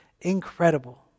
Incredible